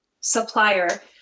supplier